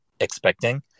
expecting